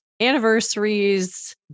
anniversaries